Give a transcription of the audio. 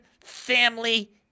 family